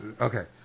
Okay